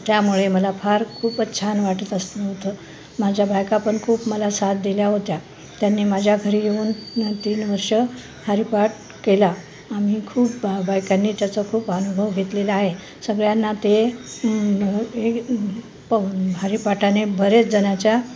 त्यामुळे मला फार खूपच छान वाटत असत होतं माझ्या बायका पण खूप मला साथ दिल्या होत्या त्यांनी माझ्या घरी येऊन तीन वर्ष हारीपाठ केला आम्ही खूप बा बायकांनी त्याचा खूप अनुभव घेतलेला आहे सगळ्यांना ते हे प हारीपाठाने बरेचजणाच्या